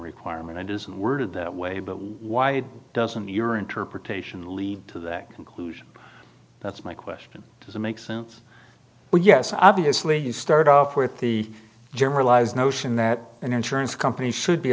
requirement it is worded that way but why doesn't your interpretation lead to that conclusion that's my question does it make sense well yes obviously you started off with the generalized notion that an insurance company should be